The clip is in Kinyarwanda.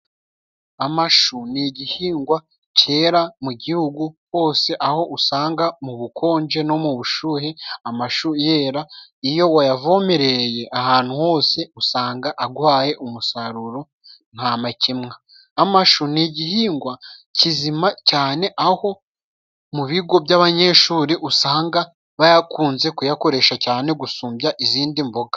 Amashu ni igihingwa cyera mu gihugu hose aho usanga mu bukonje no mu bushyuhe amashu yera, iyo wayavomereye ahantu hose usanga aguhaye umusaruro ntamakemwa. Amashu ni igihingwa kizima cyane aho mu bigo by'abanyeshuri usanga bayakunze kuyakoresha cyane gusumbya izindi mboga.